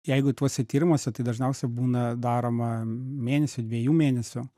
jeigu tuose tyrimuose tai dažniausiai būna daroma mėnesio dviejų mėnesių